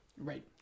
Right